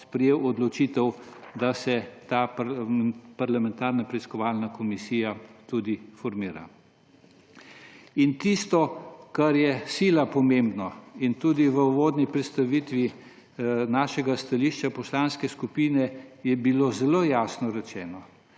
sprejel odločitev, da se ta parlamentarna preiskovalna komisija tudi formira. Tisto, kar je sila pomembno in tudi v uvodni predstavitvi stališča naše poslanske skupine je bilo zelo jasno rečeno,